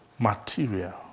Material